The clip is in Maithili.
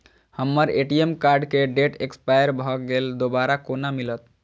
हम्मर ए.टी.एम कार्ड केँ डेट एक्सपायर भऽ गेल दोबारा कोना मिलत?